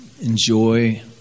enjoy